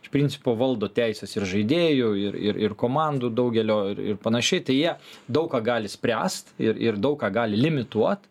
iš principo valdo teises ir žaidėjų ir ir ir komandų daugelio ir ir panašiai tai jie daug ką gali spręst ir ir daug ką gali imituot